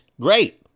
great